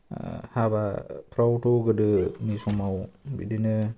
हाबाफ्रावथ' गोदोनि समाव बिदिनो